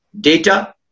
data